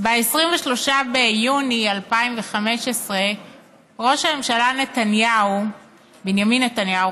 ב-23 ביוני 2015 ראש הממשלה בנימין נתניהו